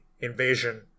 invasion